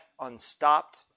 unstopped